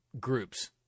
groups